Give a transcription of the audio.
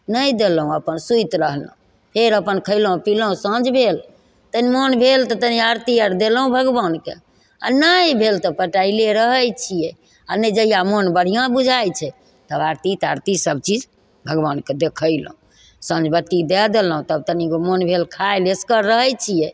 नहि देलहुँ अपन सुति रहलहुँ फेर अपन खइलहुँ पिलहुँ साँझ भेल तऽ मोन भेल तऽ तनि आरती आर देलहुँ भगवानके आओर नहि भेल तऽ पटाइले रहय छियै आओर नहि जहिया मोन बढ़िआँ बुझाइ छै तब आरती तारती सभचीज भगवानके दखैलहुँ साँझ बत्ती दए देलहुँ तब तनिगो मोन भेल खाइ लए एसगर रहय छियै